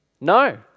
No